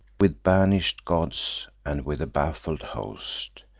with banish'd gods, and with a baffled host,